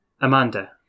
Amanda